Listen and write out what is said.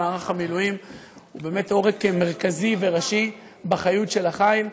מערך המילואים הוא עורק מרכזי וראשי בחיות של החיל,